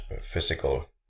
physical